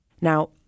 Now